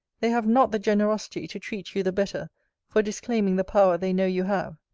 they have not the generosity to treat you the better for disclaiming the power they know you have.